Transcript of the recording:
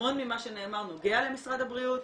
המון ממה שנאמר נוגע למשרד הבריאות,